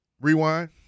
Rewind